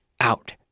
out